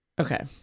Okay